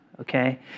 okay